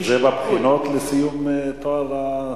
זה בבחינות לסיום התואר?